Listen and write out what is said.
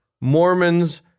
Mormons